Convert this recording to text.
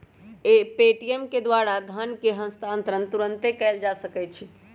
Paytm के द्वारा धन के हस्तांतरण तुरन्ते कएल जा सकैछइ